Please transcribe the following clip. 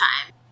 time